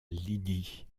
lydie